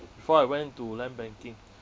before I went to land banking